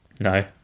no